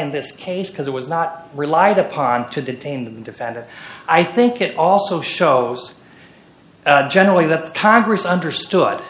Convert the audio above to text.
in this case because it was not relied upon to detain the defendant i think it also shows generally that congress understood